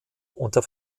unter